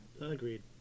Agreed